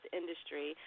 industry